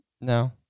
No